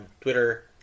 Twitter